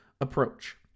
approach